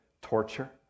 torture